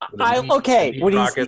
Okay